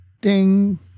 Ding